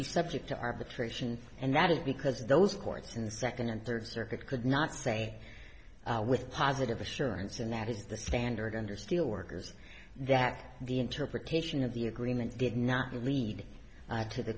be subject to arbitration and that is because those courts in the second and third circuit could not say with positive assurance and that is the standard under steelworkers that the interpretation of the agreement did not lead to the